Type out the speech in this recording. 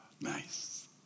nice